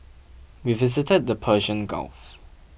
we visited the Persian Gulf